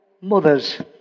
mothers